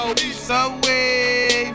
Subway